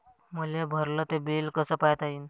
मले भरल ते बिल कस पायता येईन?